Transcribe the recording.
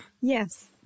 yes